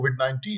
COVID-19